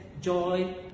joy